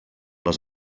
les